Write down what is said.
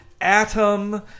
Atom